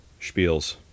spiels